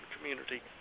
community